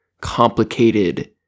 complicated